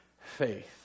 faith